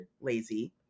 lazy